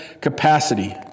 capacity